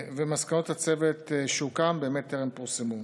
מסקנות הצוות שהוקם באמת טרם פורסמו.